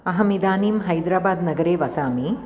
अहमिदानीं हैद्राबाद्नगरे वसामि